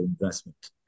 investment